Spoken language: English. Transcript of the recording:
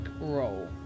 roll